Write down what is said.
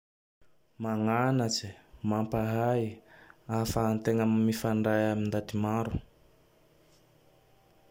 Magnanatse, mampahay. Ahafahategna mifandray amy ndaty maro.